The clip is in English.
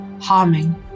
harming